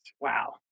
wow